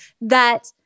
that-